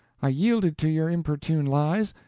i yielded to your importune lies,